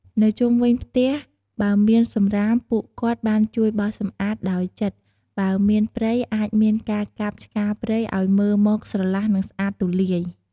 នៅជុំវិញផ្ទះបើមានសម្រាមពួកគាត់បានជួយបោសសំអាចដោយចិត្ត បើមានព្រៃអាចមានការកាប់ឆ្កាព្រៃឱ្យមើលមកស្រឡះនិងស្អាតទូលាយ។